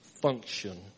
Function